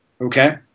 Okay